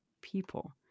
people